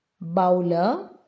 Bowler